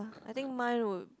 I think mine would